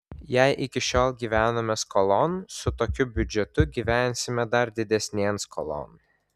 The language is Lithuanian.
jei iki šiol gyvenome skolon su tokiu biudžetu gyvensime dar didesnėn skolon